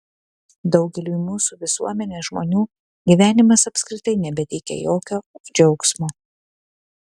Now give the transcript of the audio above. daugeliui mūsų visuomenės žmonių gyvenimas apskritai nebeteikia jokio džiaugsmo